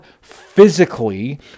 physically